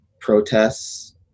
protests